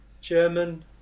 German